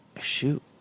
Shoot